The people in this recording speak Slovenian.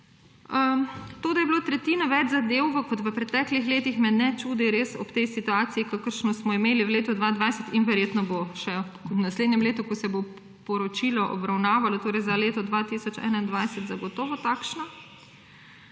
da je bila tretjina več zadev kot v preteklih letih, me res ne čudi ob situaciji, kakršno smo imeli v letu 2020, in verjetno bo še v naslednjem letu, ko se bo poročilo obravnavalo, torej za leto 2021, zagotovo takšno.